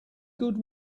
good